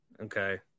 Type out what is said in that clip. Okay